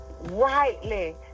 rightly